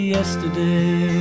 Yesterday